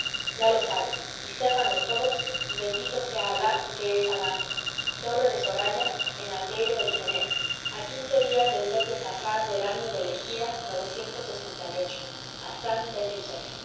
ya lo sabes y sépanlo todos y bendito sea alah que es alah torre de zoraya en aldeire del cenet a días del mes de saphar del año de la egira hassan ben jussef ix